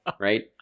right